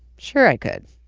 sure i could,